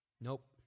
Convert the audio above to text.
Nope